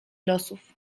losów